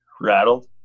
rattled